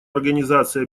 организации